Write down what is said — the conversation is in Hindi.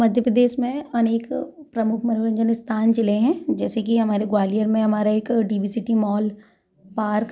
मध्य प्रदेश में अनेक अ प्रमुख मनोरंजन स्थान जिलें हैं जैसे कि हमारे ग्वालियर में हमारा एक D B City Mall park